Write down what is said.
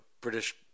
British